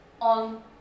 on